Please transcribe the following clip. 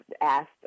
asked